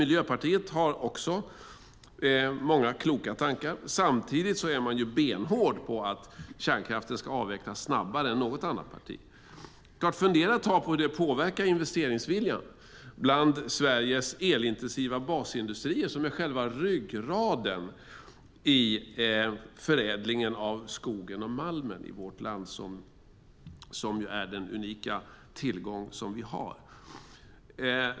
Miljöpartiet har också många kloka tankar. Samtidigt är man benhård med att kärnkraften ska avvecklas snabbare än något annat parti tycker. Fundera ett tag på hur det påverkar investeringsviljan bland Sveriges elintensiva basindustrier som är själva ryggraden i förädlingen av våra unika tillgångar skogen och malmen.